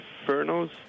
Infernos